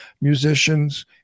musicians